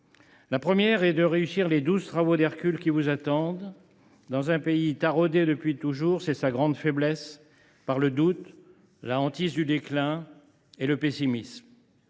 La première est de réussir les douze travaux d’Hercule qui vous attendent, dans un pays taraudé depuis toujours – c’est sa grande faiblesse – par le doute, la hantise du déclin et le pessimisme